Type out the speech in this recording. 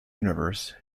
universe